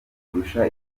kurusha